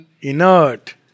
inert